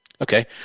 Okay